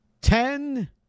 ten